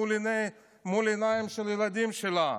מול העיניים של הילדים שלה,